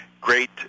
Great